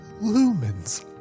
Lumen's